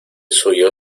suyo